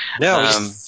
No